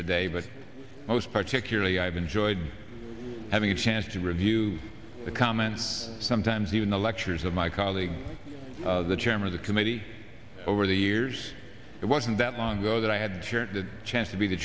today but most particularly i've enjoyed having a chance to review the comments sometimes even the lectures of my colleague the chairman of the committee over the years it wasn't that long ago that i had shared the chance to be the